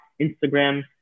Instagram